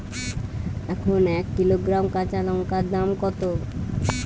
এখন এক কিলোগ্রাম কাঁচা লঙ্কার দাম কত?